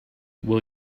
will